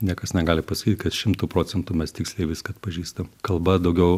niekas negali pasakyti kad šimtu procentų mes tiksliai viską atpažįstam kalba daugiau